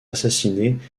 assassinés